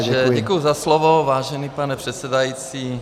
Takže děkuji za slovo, vážený pane předsedající.